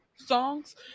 Songs